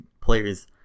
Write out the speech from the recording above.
players